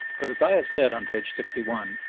but as i have said on page sixty one,